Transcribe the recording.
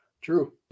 true